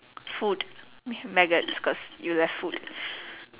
food means maggots cause you'll have food